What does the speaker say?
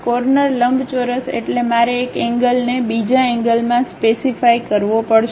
corner લંબચોરસ એટલે મારે એક એન્ગ્લને બીજા એન્ગ્લમાં સ્પેસિફાઈ કરવો પડશે